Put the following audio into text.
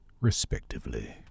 respectively